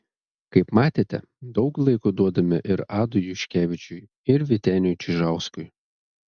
kaip matėte daug laiko duodame ir adui juškevičiui ir vyteniui čižauskui